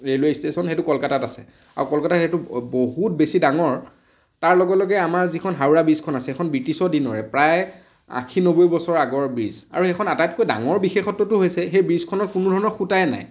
railway station সেইটো কলকাতাত আছে আৰু কলকাতাত সেইটো বহুত বেছি ডাঙৰ তাৰ লগে লগে আমাৰ যিখন হাওৰা ব্ৰীজখন আছে সেইখন ব্ৰিটিছৰ দিনৰে প্ৰায় আশী নব্বৈ বছৰ আগৰ ব্ৰীজ আৰু সেইখন আটাইতকৈ ডাঙৰ বিশেষত্বটো হৈছে সেই ব্ৰীজখনৰ কোনো ধৰণৰ খুঁটাই নাই